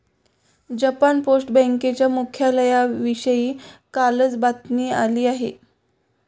Japan post बँकेच्या मुख्यालयाविषयी कालच बातमी आली आहे